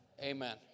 amen